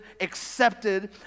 accepted